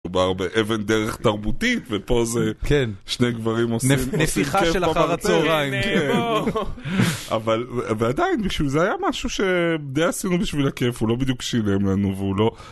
מדובר באבן דרך תרבותית, ופה זה שני גברים עושים כיף במרתף. נפיחה של אחר הצהריים, כאילו. ועדיין, זה היה משהו ש... די עשינו בשביל הכיף, הוא לא בדיוק שילם לנו, והוא לא...